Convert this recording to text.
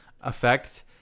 effect